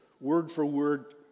word-for-word